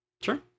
Sure